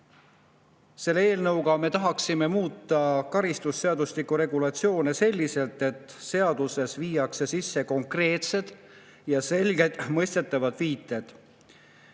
teo. Eelnõuga me tahaksime muuta karistusseadustiku regulatsioone selliselt, et seadusesse viidaks sisse konkreetsed ja selgelt mõistetavad viited